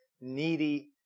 needy